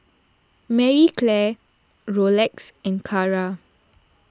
Marie Claire Rolex and Kara